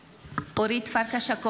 אינו נוכח צביקה פוגל,